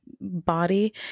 body